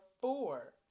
four